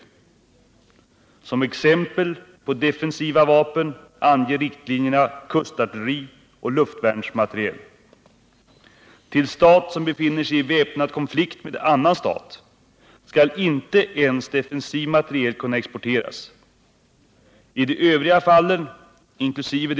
Som exempel på defensiva vapen anger riktlinjerna kustartillerioch luftvärnsmateriel. Till stat som befinner sig i väpnad konflikt med annan stat skall inte ens defensiv materiel kunna exporteras. I de övriga fallen, inkl.